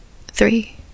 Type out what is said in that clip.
three